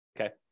okay